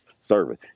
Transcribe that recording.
service